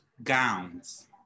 Gowns